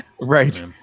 Right